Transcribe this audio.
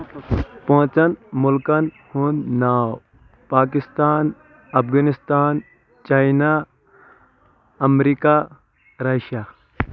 پانٛژن مُلکَن ہُنٛد ناو پاکستان افغانستان چاینا امریکہ رشیا